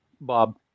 Bob